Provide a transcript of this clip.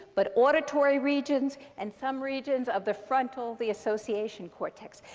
but auditory regions, and some regions of the frontal, the association cortex.